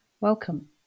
Welcome